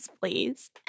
please